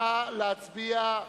נא להצביע.